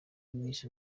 miss